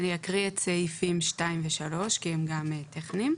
אני אקריא את סעיפים 2 ו-3, כי הם גם טכניים.